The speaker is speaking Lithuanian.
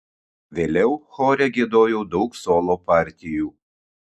vėliau chore giedojau daug solo partijų